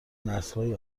نسلهای